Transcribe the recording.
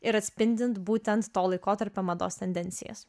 ir atspindint būtent to laikotarpio mados tendencijas